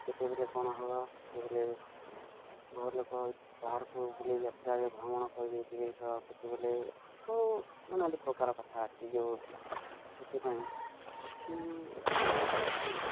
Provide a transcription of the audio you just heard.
କେତେବେଳେ କ'ଣ ହବ କେତେବେଳେ ଘର ଲୋକ ବାହାରୁକୁ ବୁଲି ଯାତ୍ରା ରେ ଭ୍ରମଣ କରି ଯାଇଥିବେ ତ କେତେବେଳେ କେଉଁ ନାନାଦି ପ୍ରକାର କଥା ଅଛି ଯେଉଁ ସେଥିପାଇଁ କିଛି ଏକୁଟିଆ ରୋଷେଇ ପାଇଁ